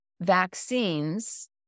vaccines